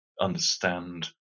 understand